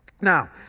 Now